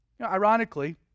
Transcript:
Ironically